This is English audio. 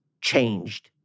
changed